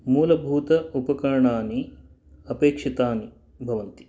मूलभूत उपकरणानि अपेक्षितानि भवन्ति